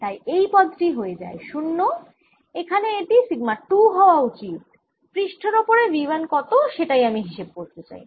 তাই এই পদ টি হয়ে যায় 0 এখানে এটি সিগমা 2 হওয়া উচিত পৃষ্ঠের ওপরে V 1 কত সেটাই আমি হিসেব করতে চাই